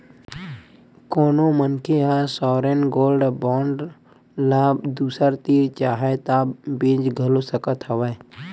कोनो मनखे ह सॉवरेन गोल्ड बांड ल दूसर तीर चाहय ता बेंच घलो सकत हवय